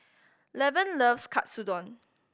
Lavon loves Katsudon